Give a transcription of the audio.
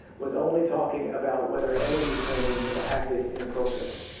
was only talking about whether any ukrainians had acted inappropriately.